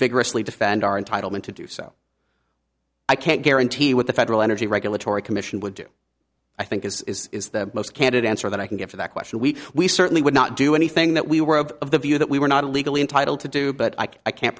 vigorously defend our in title meant to do so i can't guarantee what the federal energy regulatory commission would do i think is is the most candid answer that i can give to that question we we certainly would not do anything that we were of the view that we were not legally entitled to do but i can i can't